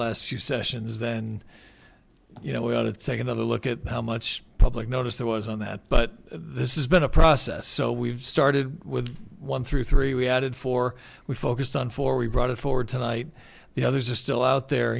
last few sessions then you know we've got to take another look at how much public notice there was on that but this is been a process so we've started with one through three we added four we focused on four we brought it forward tonight the others are still out there